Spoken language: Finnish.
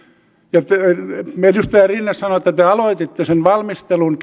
keskustelu edustaja rinne sanoi että te aloititte sen valmistelun